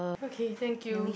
okay thank you